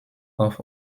off